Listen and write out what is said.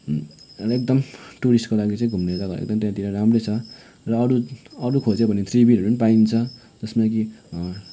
एकदम टुरिस्टको लागि चाहिँ घुम्ने जग्गा एकदम त्यहाँतिर राम्रो छ र अरू अरू खोज्यो भने हरू पनि पाइन्छ जसमा कि